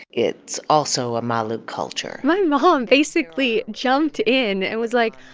it's also a malu culture my mom basically jumped in and was like,